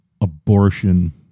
abortion